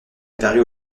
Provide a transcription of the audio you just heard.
apparu